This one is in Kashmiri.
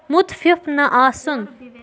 مُتفِف نہ آسُن